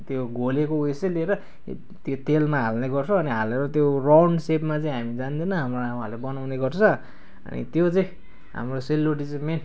त्यो घोलेको उयेसै लिएर त्यो तेलमा हाल्ने गर्छ अनि हालेर त्यो राउन्ड सेपमा चाहिँ हामी जान्दैन हाम्रो आमाहरूले बनाउने गर्छ अनि त्यो चाहिँ हाम्रो सेलरोटी चाहिँ मेन